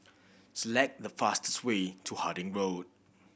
select the fastest way to Harding Road